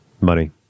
money